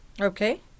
Okay